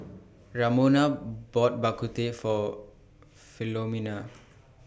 Ramona bought Bak Kut Teh For Philomena